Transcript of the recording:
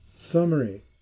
summary